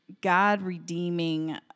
God-redeeming